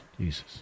Jesus